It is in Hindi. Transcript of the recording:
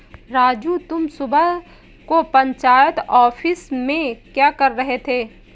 राजू तुम सुबह को पंचायत ऑफिस में क्या कर रहे थे?